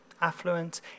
Affluent